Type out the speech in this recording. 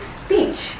speech